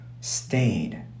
stayed